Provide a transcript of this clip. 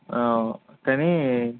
కానీ